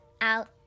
out